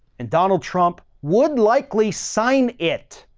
and donald trump would likely sign it.